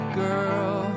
girl